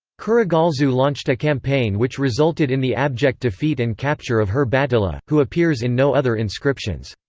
kurigalzu launched a campaign which resulted in the abject defeat and capture of hur-batila, who appears in no other inscriptions.